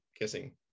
guessing